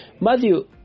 Matthew